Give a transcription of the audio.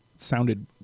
sounded